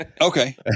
Okay